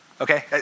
Okay